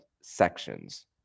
sections